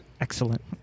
excellent